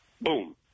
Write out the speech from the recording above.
boom